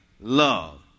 love